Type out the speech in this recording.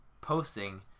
posting